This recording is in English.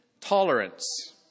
tolerance